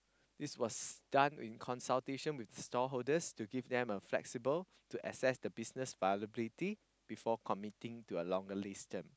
this was done in consultation with stall holders to give them a flexible to access the business viability before committing to a longer lease term